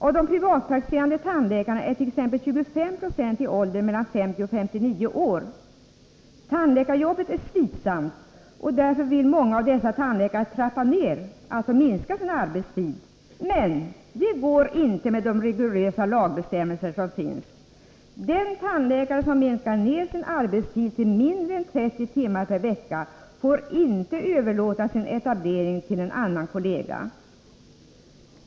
Av de privatpraktiserande tandläkarna är t.ex. ca 25 eo i åldern mellan 50 och 59 år. Tandläkarjobbet är slitsamt, och därför vill många tandläkare i den åldern börja trappa ner och minska sin arbetstid. Men det går inte med de rigorösa lagbestämmelser som finns. Den tandläkare som minskar sin arbetstid till mindre än 30 timmar per vecka får inte överlåta sin etablering till en yngre kollega.